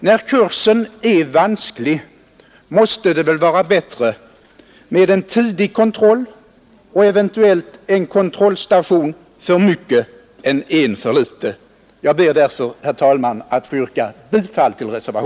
När kursen är vansklig måste det vara bättre med en tidig kontroll och eventuellt en kontrollstation för mycket än en för litet.